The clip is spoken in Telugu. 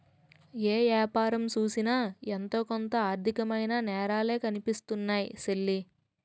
ఏ యాపారం సూసినా ఎదో కొంత ఆర్దికమైన నేరాలే కనిపిస్తున్నాయ్ సెల్లీ